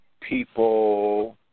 people –